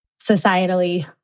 societally